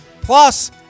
Plus